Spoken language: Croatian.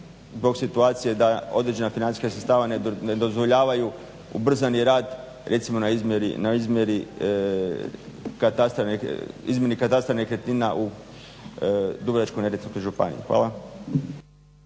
zbog situacije da određena financijska sredstva ne dozvoljavaju ubrzani rad recimo na izmjeri katastra nekretnina u Dubrovačko-neretvanskoj županiji. Hvala.